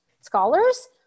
scholars